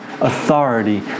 authority